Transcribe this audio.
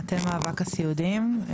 מטה מאבק הסיעודיים,